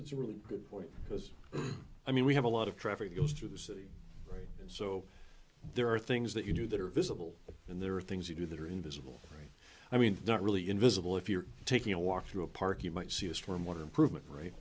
that's a really good point because i mean we have a lot of traffic goes through the city right and so there are things that you do that are visible and there are things you do that are invisible right i mean not really invisible if you're taking a walk through a park you might see a storm water improvement right